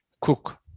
cook